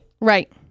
Right